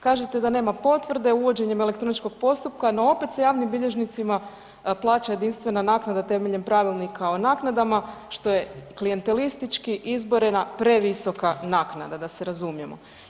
Kažete da nema potvrde utvrđivanjem elektroničkog postupka, no opet se javnim bilježnicima plaća jedinstvena naknada temeljem Pravilnika o naknadama, što je klijentelistički izborena previsoka naknada, da se razumijemo.